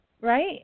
right